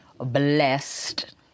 blessed